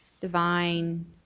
divine